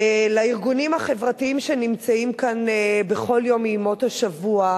לארגונים החברתיים שנמצאים כאן בכל יום מימות השבוע,